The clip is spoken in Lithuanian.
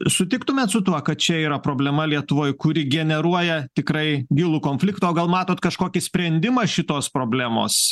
sutiktumėt su tuo kad čia yra problema lietuvoj kuri generuoja tikrai gilų konfliktą o gal matoe kažkokį sprendimą šitos problemos